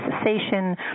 cessation